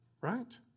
Right